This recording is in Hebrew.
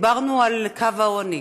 דיברנו על קו העוני,